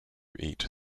eat